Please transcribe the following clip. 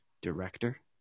director